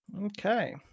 Okay